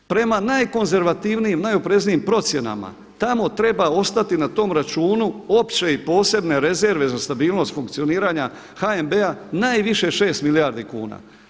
Prema najkonzervativnijim, najopreznijim procjenama tamo treba ostati na tom računu opće i posebne rezerve za stabilnost funkcioniranja HNB-a najviše 6 milijardi kuna.